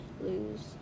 lose